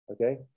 okay